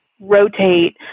rotate